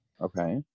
Okay